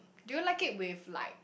do you like it with like